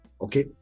Okay